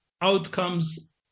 outcomes